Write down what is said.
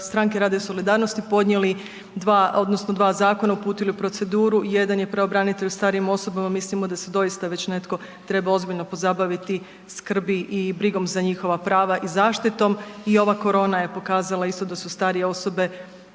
Stranke rada i solidarnosti podnijeli dva, odnosno dva zakona uputili u proceduru, jedan je pravobranitelj starijim osobama, mislimo da se doista već netko treba ozbiljno pozabaviti skrbi i brigom za njihova prava i zaštitom i ova korona je isto pokazala isto da su starije osobe